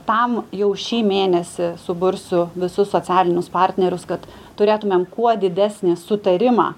tam jau šį mėnesį subursiu visus socialinius partnerius kad turėtumėm kuo didesnį sutarimą